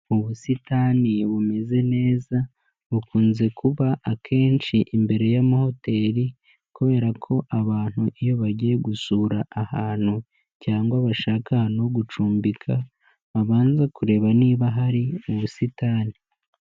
Ubusitani bumeze neza, bukunze kuba akenshi imbere y'amahoteli kubera ko abantu iyo bagiye gusura ahantu cyangwa bashaka ahantu no gucumbika, babanza kureba niba hari ubusitani.